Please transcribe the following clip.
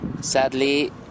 sadly